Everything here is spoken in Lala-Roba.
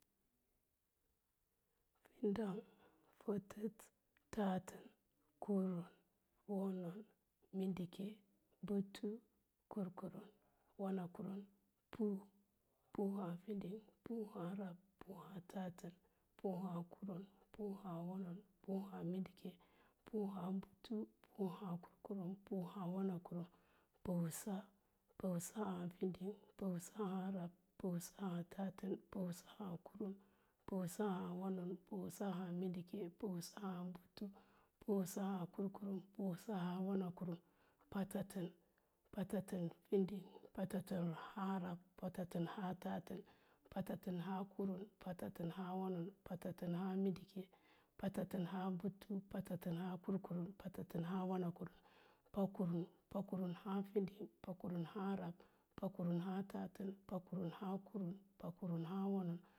dang-fatat, tatan, kurun, wonon, mindike, butu, kurkurum, wanakurum pu, pu aháá fin, pu aháá rab, pu ahàá tatən, pu aháá kurum pu aháá butu, pu aháá kurkurum, pu aháá fin, puwə sa aháá rab, puwəsa aháá tatən puwəsa aháá butu, puwəsə aháá kurkurum, puwəsə aháá wanakurum patatən, patatən fin, patatən aháá rab, patatən aháá tatən, patatən aháá kurum, patatən ahaa wonon patatən aháá mindike, patatən aháá butu patatən aháá kurkurum patatən aháá fin, pakurun aháá rab, pakurun aháá rab, pakururun aháá tatən, pakurun aháá kurun, pakurum aháá wonon,